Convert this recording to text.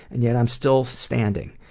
and yet i'm still standing.